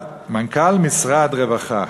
אבל מנכ"ל משרד הרווחה,